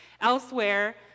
Elsewhere